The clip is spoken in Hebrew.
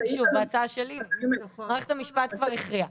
בהצעה שלי מערכת המשפט כבר הכריעה.